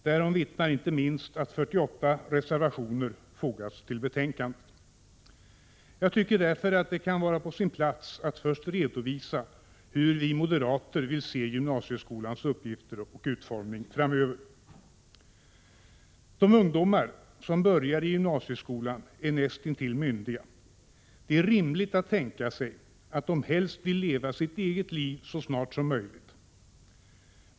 Därom vittnar inte minst att 48 reservationer fogats till betänkandet. Jag tycker därför att det kan vara på sin plats att först redovisa hur vi moderater vill se gymnasieskolans uppgifter och utformning framöver. De ungdomar som börjar i gymnasieskolan är näst intill myndiga. Det är rimligt att tänka sig att de helst vill leva sitt eget liv så snart som möjligt.